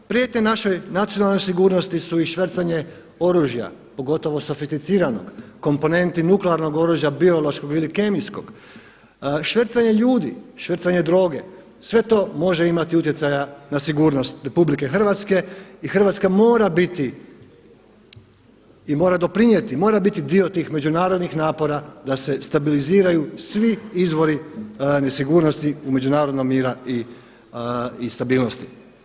Prijetnje našoj nacionalnoj sigurnosti su i švercanje oružja pogotovo sofisticiranog, komponenti nuklearnog oružja, biološkog ili kemijskog, švercanje ljudi, švercanje droge sve to može imati utjecaja na sigurnost RH i Hrvatska mora biti i mora doprinijeti, mora biti dio tih međunarodnih napora da se stabiliziraju svi izvori nesigurnosti međunarodnog mira i stabilnosti.